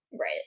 Right